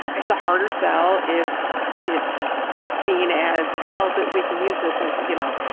it's a harder sell if it's seen as, well, that we can use this as, you know,